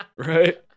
right